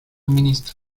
ministro